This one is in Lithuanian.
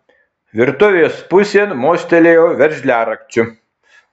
virtuvės pusėn mostelėjau veržliarakčiu